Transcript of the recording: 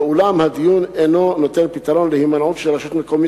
ואולם הדין אינו נותן פתרון להימנעות של רשות מקומית